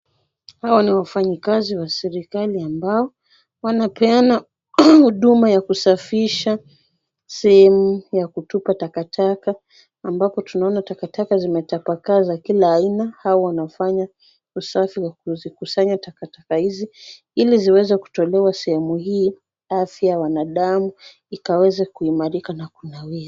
Hawa ni wafanyikazi wa serikali ambao wanapeana huduma ya kusafisha sehemu ya kutupa takataka ambapo tunaona takataka zimetapakaa za kila aina. Hao wanafanya usafi wa kuzikusanya takataka hizi ili ziweze kutolewa sehemu hii. Afya ya wanadamu ikaweza kuimarika na kunawiri.